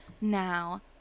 Now